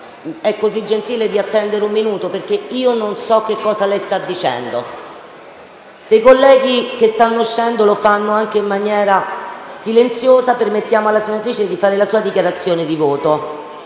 così gentile di attendere un minuto perché non sento che cosa lei sta dicendo. Chiedo ai colleghi che stanno uscendo dall'Aula di farlo in maniera silenziosa. Permettiamo alla senatrice Unterberger di fare la sua dichiarazione di voto.